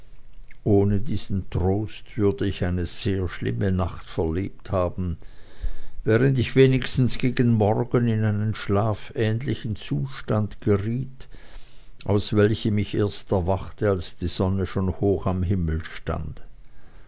ohne diesen trost würde ich eine sehr schlimme nacht verlebt haben während ich wenigstens gegen morgen in einen schlafähnlichen zustand geriet aus welchem ich erst erwachte als die sonne schon hoch am himmel stand